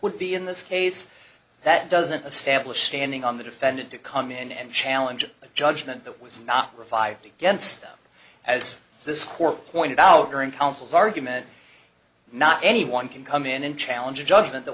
would be in this case that doesn't establish standing on the defendant to come in and challenge a judgment that was not revived against them as this court pointed out during counsel's argument not anyone can come in and challenge a judgment that